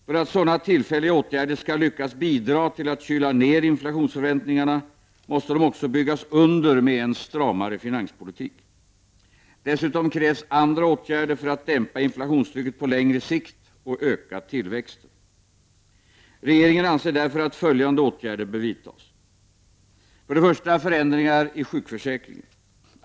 För att sådana tillfälliga åtgärder skall lyckas bidra till att kyla ned inflationsförväntningarna måste de också byggas under med en stramare finanspolitik. Dessutom krävs andra åtgärder för att dämpa inflationstrycket på längre sikt och öka tillväxten. Regeringen anser därför att följande åtgärder bör vidtas. För det första bör förändringar ske i sjukförsäkringen.